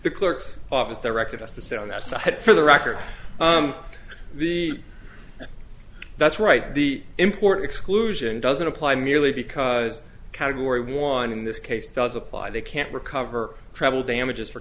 the clerk's office directed us to sit on that side for the record the that's right the important exclusion doesn't apply merely because category one in this case does apply they can't recover for travel damages for